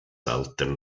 altern